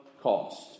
cost